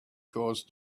caused